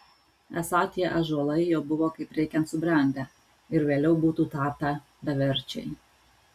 esą tie ąžuolai jau buvo kaip reikiant subrendę ir vėliau būtų tapę beverčiai